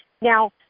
Now